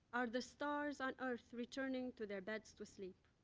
are the stars on earth returning to their beds to sleep.